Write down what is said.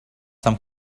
some